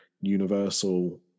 Universal